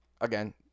Again